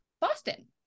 Boston